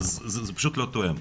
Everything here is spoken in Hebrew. אז זה פשוט לא תואם.